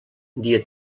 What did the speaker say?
dia